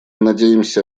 надеемся